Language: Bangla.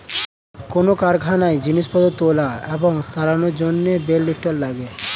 কোন কারখানায় জিনিসপত্র তোলা এবং সরানোর জন্যে বেল লিফ্টার লাগে